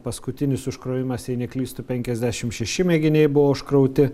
paskutinis užkrovimas jei neklystu penkiasdešim šeši mėginiai buvo užkrauti